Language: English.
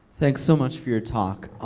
thanks so much for your talk.